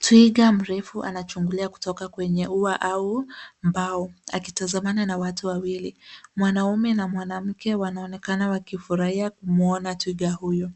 Twiga mrefu anachungulia kutoka kwenye ua au mbao, akitazamana na watu wawili. Mwanaume na mwanamke wanaonekana wakifurahia kumwona twiga huyo.